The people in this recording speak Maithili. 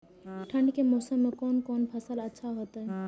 ठंड के मौसम में कोन कोन फसल अच्छा होते?